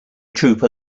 trooper